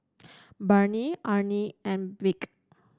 Barney Arne and Beckett